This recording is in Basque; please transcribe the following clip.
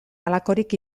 halakorik